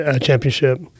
championship